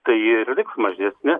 tai ji ir taip mažesnė